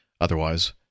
Otherwise